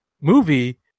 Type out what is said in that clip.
movie